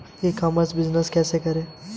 ई commerce business कैसे करें?